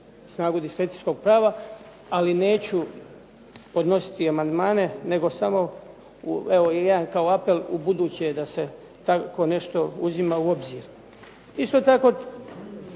snagu diskrecijskog prava, ali neću podnositi amandmane nego samo evo jedan kao apel ubuduće da se nešto tako uzima u obzir. Isto tako